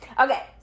Okay